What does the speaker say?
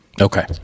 Okay